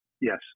Yes